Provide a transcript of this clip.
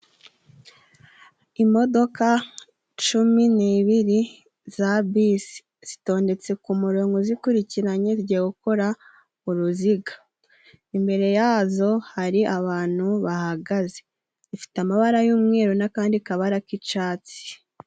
Imodoka cumi n'ibiri za bisi zitondetse k'umurongo zikurikiranye, zigiye gukora uruziga, imbere yazo hari abantu bahagaze. Zifite amabara y'umweru n'akandi kabara k'icatsi.